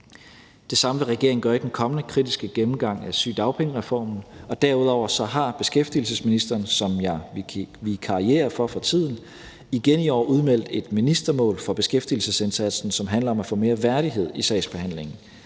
Det samme vil regeringen gøre i den kommende kritiske gennemgang af sygedagpengereformen, og derudover har beskæftigelsesministeren, som jeg vikarierer for for tiden, igen i år udmeldt et ministermål for beskæftigelsesindsatsen, som handler om at få mere værdighed i sagsbehandlingen.